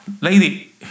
lady